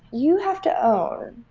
you have to own.